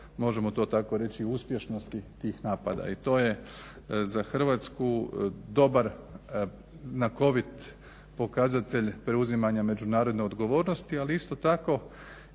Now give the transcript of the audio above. možemo to tako reći uspješnosti tih napada, i to je za Hrvatsku dobar, znakovit pokazatelj preuzimanja međunarodne odgovornosti, ali isto tako